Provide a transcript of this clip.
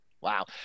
Wow